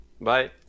Bye